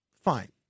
fine